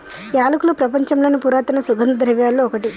యాలకులు ప్రపంచంలోని పురాతన సుగంధ ద్రవ్యలలో ఒకటి